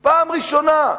פעם ראשונה.